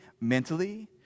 mentally